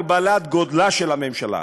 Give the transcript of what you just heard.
הגבלת גודלה של הממשלה,